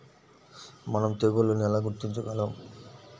మనం తెగుళ్లను ఎలా గుర్తించగలం?